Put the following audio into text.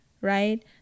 right